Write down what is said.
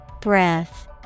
Breath